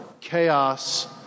chaos